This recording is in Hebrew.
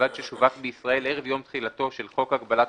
ובלבד ששווק בישראל ערב יום תחילתו של חוק הגבלת